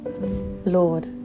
Lord